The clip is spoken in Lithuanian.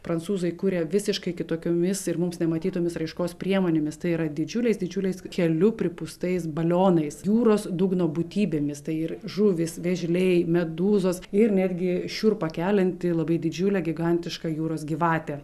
prancūzai kuria visiškai kitokiomis ir mums nematytomis raiškos priemonėmis tai yra didžiuliais didžiuliais keliu pripūstais balionais jūros dugno būtybėmis tai ir žuvys vėžliai medūzos ir netgi šiurpą kelianti labai didžiulė gigantiška jūros gyvatė